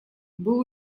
был